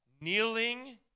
kneeling